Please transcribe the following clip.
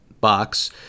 box